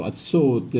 יועצות,